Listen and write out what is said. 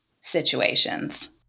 situations